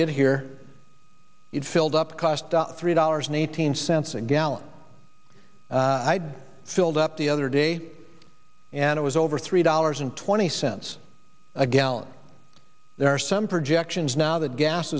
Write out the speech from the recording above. get here it filled up cost three dollars and eighteen cents a gallon i'd filled up the other day and it was over three dollars and twenty cents a gallon there are some projections now that gas